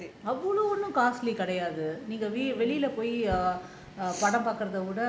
அவ்ளோ ஒன்னு:avlo onnu costly கிடையாது நீங்க வெளில போய் படம் பாக்குறத விட:kidaiyaathu neenga velila poi padam paakuratha vida